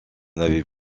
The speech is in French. n’avaient